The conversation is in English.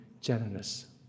generous